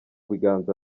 biganza